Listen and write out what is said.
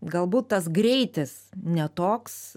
galbūt tas greitis ne toks